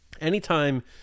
anytime